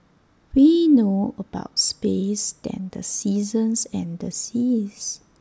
we know about space than the seasons and the seas